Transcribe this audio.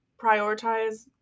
prioritize